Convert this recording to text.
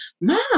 mom